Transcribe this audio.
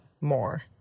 more